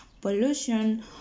pollution